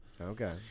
okay